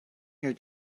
your